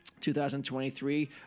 2023